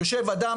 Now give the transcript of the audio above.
יושב אדם,